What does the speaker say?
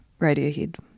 Radiohead